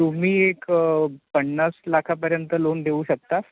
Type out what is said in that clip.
तुम्ही एक पन्नास लाखापर्यंत लोन देऊ शकता